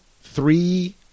three